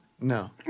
no